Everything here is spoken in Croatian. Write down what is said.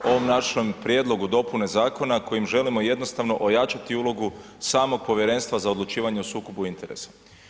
Ovom našom prijedlogu dopune zakona kojim želimo jednostavno ojačati ulogu samog Povjerenstva za odlučivanje o sukobu interesa.